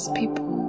people